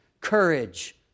courage